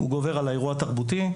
הוא גובר על האירוע התרבותי.